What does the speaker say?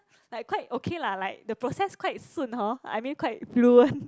like quite okay lah like the process quite 顺 hor I mean quite fluent